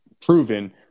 proven